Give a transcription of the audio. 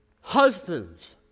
Husbands